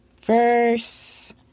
verse